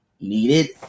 needed